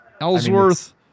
Ellsworth